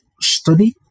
study